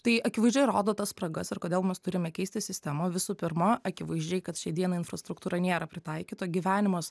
tai akivaizdžiai rodo tas spragas ir kodėl mes turime keisti sistemą visų pirma akivaizdžiai šiai dienai infrastruktūra nėra pritaikyta gyvenimas